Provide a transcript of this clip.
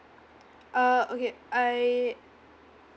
uh okay I